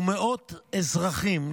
ומאות אזרחים,